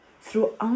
throughout